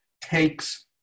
takes